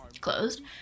closed